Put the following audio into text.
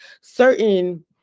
certain